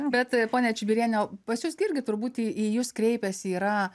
bet pone čibiriene pas jus irgi turbūt į jus kreipęsi yra